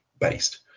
based